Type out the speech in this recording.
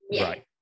right